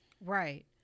right